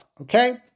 okay